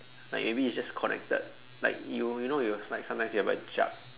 like maybe it's just connected like you you know you will sometimes like you have a jug